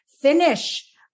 finish